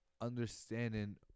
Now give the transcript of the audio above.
understanding